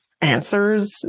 answers